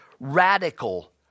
radical